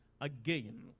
again